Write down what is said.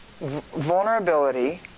vulnerability